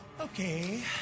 Okay